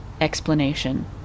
explanation